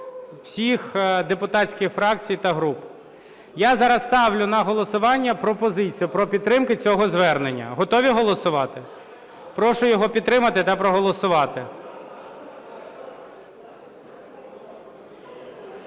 всіх депутатських фракцій та груп. Я зараз ставлю на голосування пропозицію про підтримку цього звернення. Готові голосувати? Прошу його підтримати та проголосувати.